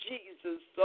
Jesus